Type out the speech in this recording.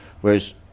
Whereas